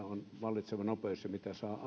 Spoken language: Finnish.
on vallitseva nopeus ja mitä saa